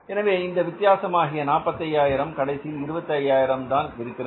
எனவே இந்த வித்தியாசம் ஆகிய 45000 கடைசியில் 25000 இருக்கிறது